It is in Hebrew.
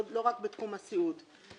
לא רק בתחום הסיעוד.